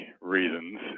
reasons